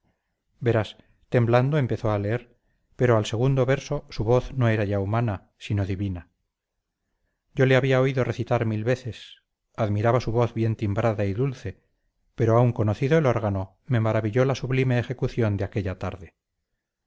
verás temblando empezó a leer pero al segundo verso su voz no era ya humana sino divina yo le había oído recitar mil veces admiraba su voz bien timbrada y dulce pero aun conocido el órgano me maravilló la sublime ejecución de aquella tarde